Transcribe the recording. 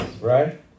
Right